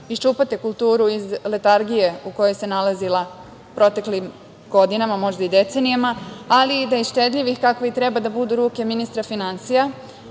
iščupate kulturu iz letargije u kojoj se nalazila proteklih godinama, možda i decenijama, ali da iz štedljivih, kakve i treba da budu ruke ministra finansija,